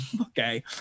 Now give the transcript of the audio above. Okay